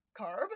carb